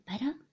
better